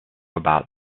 about